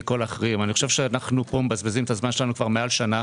אני חושב שאנו פה מבזבזים את הזמן שלנו מעל שנה.